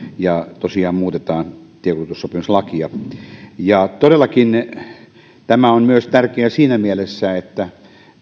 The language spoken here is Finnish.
ja tosiaan muutetaan tiekuljetussopimuslakia ja todellakin tämä on tärkeä myös siinä mielessä että